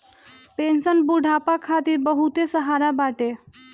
pension बुढ़ापा खातिर बहुते सहारा बाटे